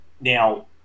now